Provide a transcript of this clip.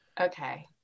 okay